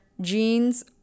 jeans